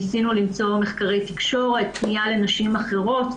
ניסינו למצוא מחקרי תקשורת, פניה לנשים אחרות.